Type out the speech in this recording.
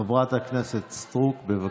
חברת הכנסת סטרוק, בבקשה.